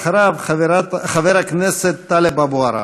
אחריו, חבר הכנסת טלב אבו עראר.